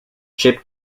chip